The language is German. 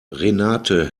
renate